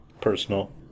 personal